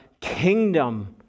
kingdom